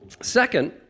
Second